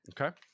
okay